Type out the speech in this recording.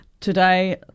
Today